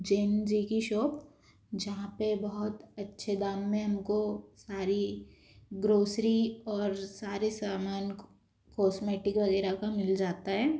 जैन जी की शॉप जहाँ पे बहुत अच्छे दाम में हमको सारी ग्रोसरी और सारे सामान कॉस्मेटिक वगैरह का मिल जाता है